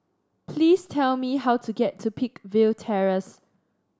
please tell me how to get to Peakville Terrace